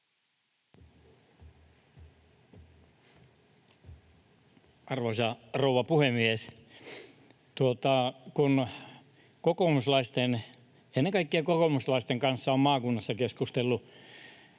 Arvoisa rouva puhemies! Kun kokoomuslaisten, ennen kaikkea kokoomuslaisten, kanssa olen maakunnassa nyt keskustellut